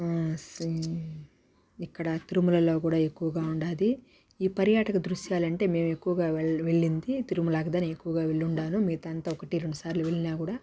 see ఇక్కడ తిరుమలలో కూడా ఎక్కువగా ఉన్నది ఈ పర్యాటక దృశ్యాలంటే మేమెక్కువగా వెళ్ళ వెళ్ళింది తిరుమలాకిదానే ఎక్కువగా వెళ్ళుండాను మిగతాంత ఒకటి రెండు సార్లు వెళ్లినా కూడా